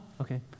Okay